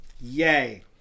Yay